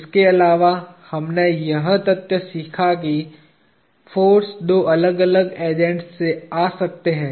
इसके अलावा हमने यह तथ्य सीखा कि फोर्स दो अलग अलग एजेंट्स से आ सकते हैं